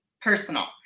personal